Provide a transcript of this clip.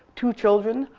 two children,